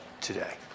today